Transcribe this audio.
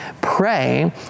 Pray